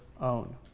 own